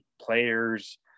players